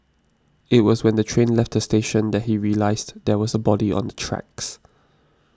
it was when the train left the station that he realised there was a body on the tracks